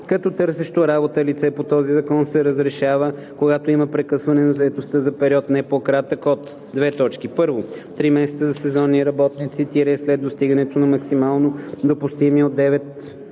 като търсещо работа лице по този закон, се разрешава, когато има прекъсване на заетостта за период, не по-кратък от: 1. три месеца за сезонни работници – след достигането на максимално допустимия срок